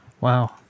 Wow